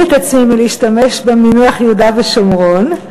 את עצמי מלהשתמש במינוח "יהודה ושומרון",